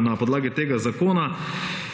na podlagi tega zakona,